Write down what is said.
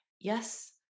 yes